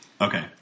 Okay